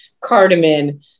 Cardamom